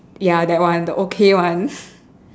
ya that one the okay one